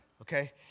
okay